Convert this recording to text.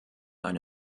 eine